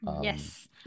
yes